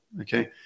Okay